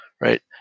Right